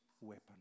weapon